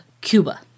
Cuba